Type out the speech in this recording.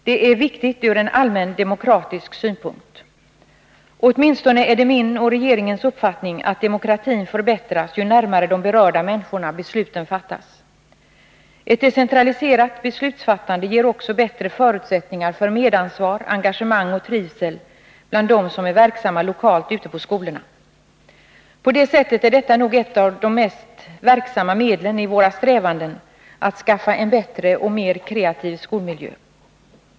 Det är viktigt ur en allmän demokratisk synpunkt. Åtminstone är det min och regeringens uppfattning att demokratin förbättras ju närmare de berörda människorna besluten fattas. Ett decentraliserat beslutsfattande ger också bättre förutsättningar för medansvar, engagemang och trivsel bland dem som lokalt är verksamma ute på skolorna. På det sättet är detta nog ett av de mest effektiva medlen i våra strävanden att skaffa en bättre och mera kreativ skolmiljö.